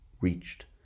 reached